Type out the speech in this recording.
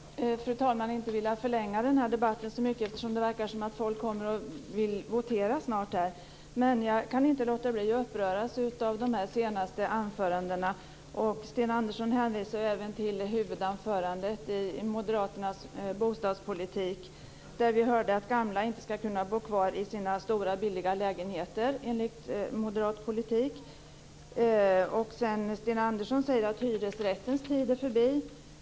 Fru talman! Jag skulle egentligen inte vilja förlänga den här debatten så mycket eftersom det verkar som om folk kommer och vill votera snart här. Men jag kan inte låta bli att uppröras av de senaste anförandena. Sten Andersson hänvisade till huvudanförandet om Moderaternas bostadspolitik där vi hörde att gamla inte ska kunna bo kvar i sina stora, billiga lägenheter enligt moderat politik. Sten Andersson säger också att hyresrättens tid är förbi.